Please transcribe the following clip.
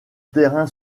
terrain